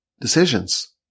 decisions